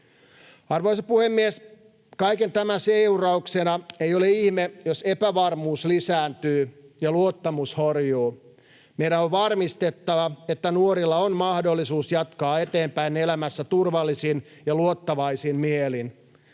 Arvoisa puhemies! Kaiken tämän seurauksena ei ole ihme, jos epävarmuus lisääntyy ja luottamus horjuu. Meidän on varmistettava, että nuorilla on mahdollisuus jatkaa eteenpäin elämässä turvallisin ja luottavaisin mielin.